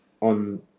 on